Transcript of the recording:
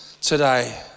today